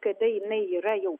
kada jinai yra jau